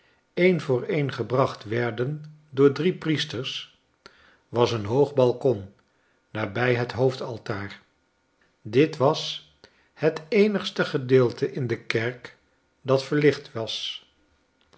een voor een gebracht werden door drie priesters was een hoog balkon nabij het hoofdaltaar dit was het eenigste gedeelte in de kerk dat verlicht was